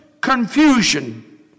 confusion